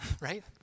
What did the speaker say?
right